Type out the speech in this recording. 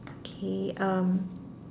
okay um